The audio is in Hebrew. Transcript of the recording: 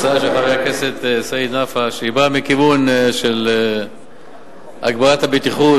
יש הצעה של חבר הכנסת סעיד נפאע שהיא מכיוון של הגברת הבטיחות.